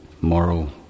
moral